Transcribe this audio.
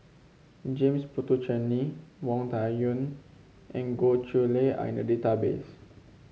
James Puthucheary Wang Dayuan and Goh Chiew Lye are in the database